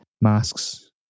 masks